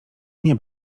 nie